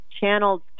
channeled